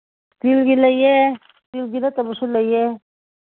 ꯏꯁꯇꯤꯜꯒꯤ ꯂꯩꯌꯦ ꯏꯁꯇꯤꯜꯒꯤ ꯅꯠꯇꯕꯁꯨ ꯂꯩꯌꯦ